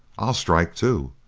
i'll strike too,